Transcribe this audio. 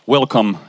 Welcome